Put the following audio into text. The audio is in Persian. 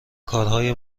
کارهای